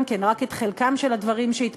גם כן רק את חלקם של הדברים שהתפרסמו